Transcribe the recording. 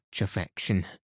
affection